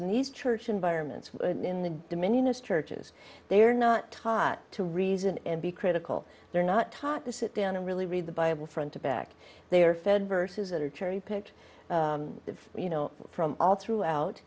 and these church environments in the dominionist churches they are not taught to reason and be critical they're not taught to sit down and really read the bible front to back they are fed verses that are cherry picked you know from all throughout